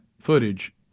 footage